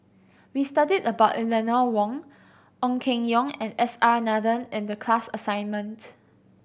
we studied about Eleanor Wong Ong Keng Yong and S R Nathan in the class assignment